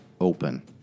open